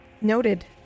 Noted